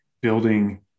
building